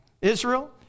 Israel